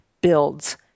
builds